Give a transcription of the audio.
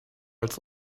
als